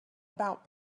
about